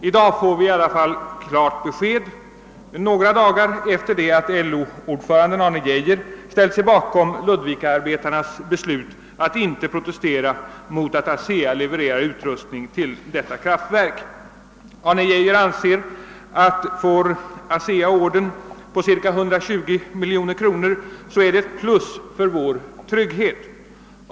I dag får vi i alla fall klart besked, några dagar efter det att LO-ordföranden Arne Geijer ställt sig bakom ludvikaarbetarnas beslut att inte protestera mot att ASEA levererar utrustning till det ifrågavarande kraftverket. Arne Geijer anser att om ASEA får ordern på cirka 120 miljoner kronor, så är det ett plus för vår trygghet.